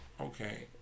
Okay